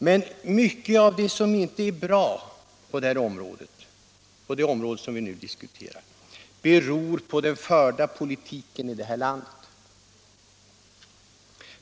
Men mycket av det som inte är bra på det område som vi nu diskuterar beror på den i det här landet förda politiken.